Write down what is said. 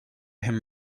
him